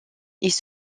ils